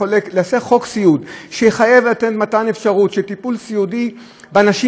נעשה חוק סיעוד שיחייב מתן אפשרות של טיפול סיעודי באנשים